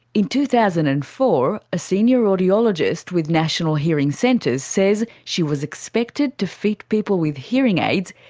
in two thousand and four a senior audiologist with national hearing centres says she was expected to fit people with hearing aids,